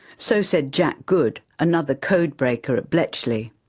so said jack good, another code breaker at bletchley.